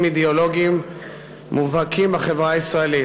אידיאולוגיים מובהקים בחברה הישראלית.